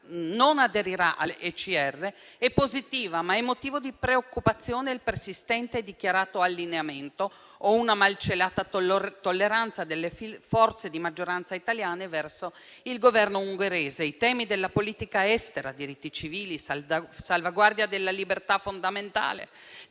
non aderirà all'ECR è positiva, ma è motivo di preoccupazione il persistente e dichiarato allineamento, o una malcelata tolleranza delle forze di maggioranza italiane verso il Governo ungherese. I temi della politica estera, diritti civili, salvaguardia delle libertà fondamentali,